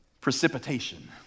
precipitation